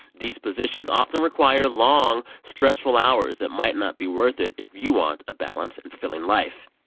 these positions often require long, stressful hours that might not be worth it if you want a balanced and fulfilling life.